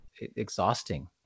exhausting